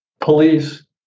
police